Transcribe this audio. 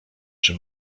czy